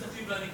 מספר סיפורים.